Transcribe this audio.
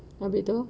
habis tu